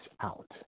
out